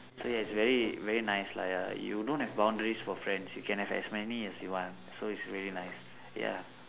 so it's very very nice lah ya you don't have boundaries for friends you can have as many as you want so it's really nice ya